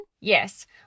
Yes